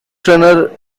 trainer